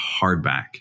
hardback